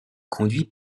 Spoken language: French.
conduits